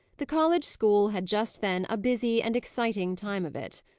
the college school had just then a busy and exciting time of it.